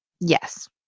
Yes